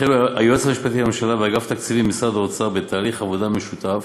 החלו היועץ המשפטי לממשלה ואגף התקציבים במשרד האוצר בתהליך עבודה משותף